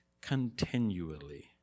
continually